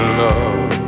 love